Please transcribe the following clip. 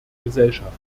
gesellschaft